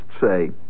say